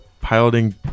piloting